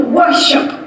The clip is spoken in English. worship